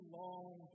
long